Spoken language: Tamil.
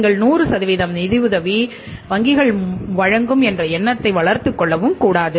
நீங்கள் 100 நிதியுதவி வங்கிகள் வழங்கும் என்ற எண்ணத்தை வளர்த்துக் கொள்ளக் கூடாது